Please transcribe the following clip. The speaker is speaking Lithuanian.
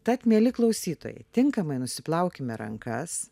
tad mieli klausytojai tinkamai nusiplaukime rankas